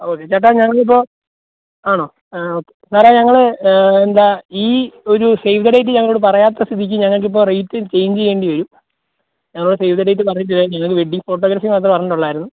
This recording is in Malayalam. ഓക്കെ ചേട്ടാ ഞങ്ങൾക്ക് ഇപ്പോൾ ആണോ ആ ഓക്കെ വേറെ ഞങ്ങൾ എന്താണ് ഈ ഒരു സേവ് ദ ഡേറ്റ് ഞങ്ങളോട് പറയാത്ത സ്ഥിതിക്ക് ഞങ്ങൾക്ക് ഇപ്പോൾ റേറ്റ് ചേഞ്ച് ചെയ്യേണ്ടി വരും ഞങ്ങളോട് സേവ് ദ ഡേറ്റ് പറഞ്ഞിട്ടില്ല ഞങ്ങൾക്ക് വെഡ്ഡിങ്ങ് ഫോട്ടോഗ്രഫി മാത്രമേ പറഞ്ഞിട്ടുള്ളായിരുന്നു